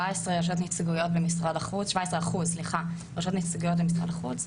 17% ראשות נציגויות במשרד החוץ.